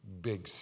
Big